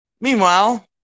Meanwhile